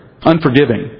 Unforgiving